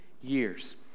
years